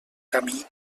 camí